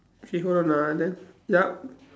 okay hold on ah and then yup